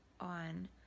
on